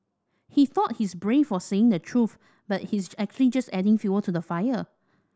he thought he's brave for saying the truth but he's actually just adding fuel to the fire